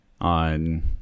on